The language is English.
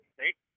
right